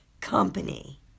company